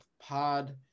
Pod